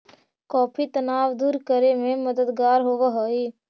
coffee तनाव दूर करे में मददगार होवऽ हई